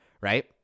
right